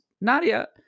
Nadia